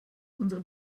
unsere